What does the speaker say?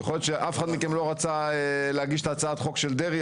שאף אחד מכם לא רצה להגיש את הצעת החוק של דרעי